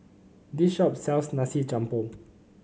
this shop sells Nasi Campur